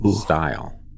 style